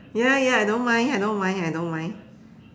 ya ya I don't mind I don't mind I don't mind